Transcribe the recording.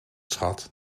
schat